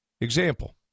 Example